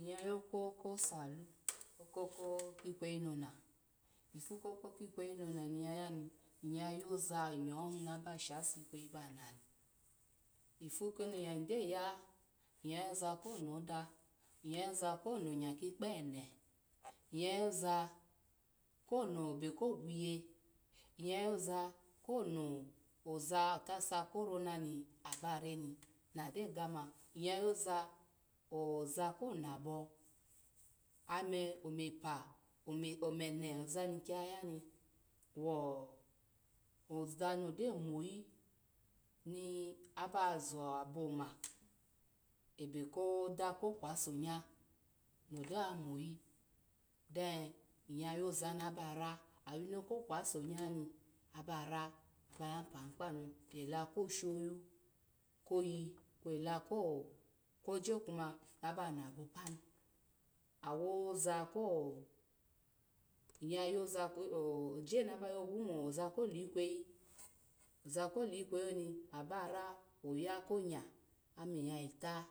Nyya yako ko sau okuku kweyi none ifu koko kikweyi none ni yayani, nyya yo za nyow haba shose ikweyi banani, ifu koni ny gyoya inyo yoza konmada, nyya yoza ko nonya kikpo ene, nya yoza ko nebe ko gwye, nyya yoza kono oza otasa ko rono na ba reni na gyo gama, nyya za oza konabo, ome omape o omene ozani kiya yani wo za ni gyo moyi aba za aboma ebe koda kokwosonye nogyoye moyi dan nyya yoza nabara awino kwosonyani abara ba kwosonyini ela ko soyu, koyi kwo ela koze kuma haba nabo kwanuni. Awozo ko, nya yaza ko oyena ba yogu moza kolikweyi, ozakolikweyi oni abara oya konya ome nnya vita,